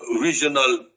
regional